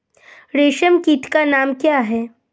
रेशम कीट का नाम क्या है?